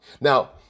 Now